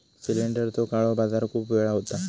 सिलेंडरचो काळो बाजार खूप वेळा होता